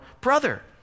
brother